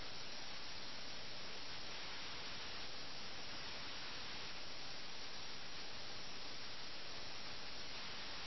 അതിനാൽ അവരുടെ വ്യക്തിപരമായ സുഖം തടസ്സപ്പെട്ടാൽ മാത്രമേ അവർ രാഷ്ട്രീയ സാഹചര്യത്തെക്കുറിച്ച് വിഷമിക്കുകയുള്ളൂ അതിനുശേഷം മാത്രമേ അവർ രാഷ്ട്രീയ സംഘർഷത്തോട് പ്രതികരിക്കൂ